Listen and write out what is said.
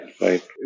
right